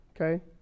okay